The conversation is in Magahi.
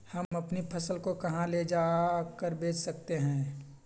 हम अपनी फसल को कहां ले जाकर बेच सकते हैं?